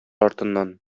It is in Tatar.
артыннан